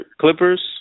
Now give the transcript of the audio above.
Clippers